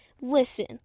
Listen